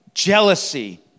Jealousy